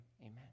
Amen